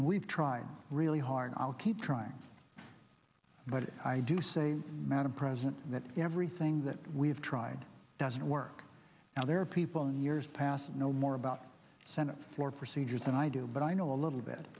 and we've tried really hard i'll keep trying but i do say madam president that everything that we've tried doesn't work now there are people in years past you know more about the senate floor procedures and i do but i know a little bit